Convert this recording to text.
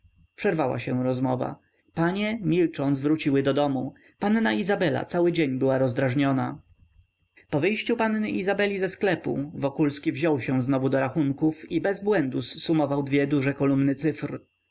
przerwała się rozmowa panie milcząc wróciły do domu panna izabela cały dzień była rozdrażniona po wyjściu panny izabeli ze sklepu wokulski wziął się znowu do rachunków i bez błędu zsumował dwie duże kolumny cyfr